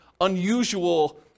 unusual